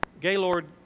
Gaylord